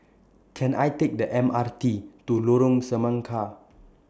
Can I Take The M R T to Lorong Semangka